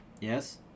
Yes